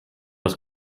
else